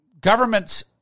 governments